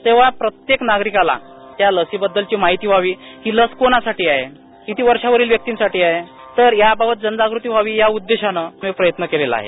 तव्हा प्रत्येक नागरिकाला या लसीबद्दल ची माहिती व्हावी हि लस कोणासाठी आहे क्ती वर्षावरील व्यक्तिंसाठी आहे तर या बाबत जनजागृती व्हावी या उद्देशाने मी प्रयत्न केलेला आहे